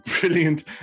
brilliant